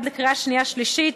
עד לקריאה שנייה ושלישית.